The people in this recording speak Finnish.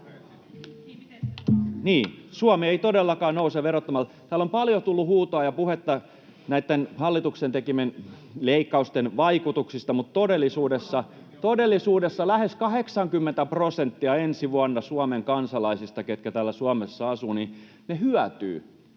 Suomi ei todellakaan nouse verottamalla. Täällä on paljon tullut huutoa ja puhetta näitten hallituksen tekemien leikkausten vaikutuksista, mutta todellisuudessa ensi vuonna lähes 80 prosenttia Suomen kansalaisista, ketkä täällä Suomessa asuvat, hyötyy